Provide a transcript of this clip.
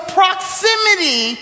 proximity